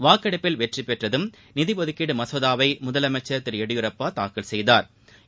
வாக்கெடுப்பில் வெற்றிபெற்றதும் நிதி ஒதுக்கீடு மசோதாவை முதலமைச்சர் திரு எடியூரப்பா தாக்கல் செய்தாா்